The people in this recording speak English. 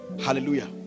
Hallelujah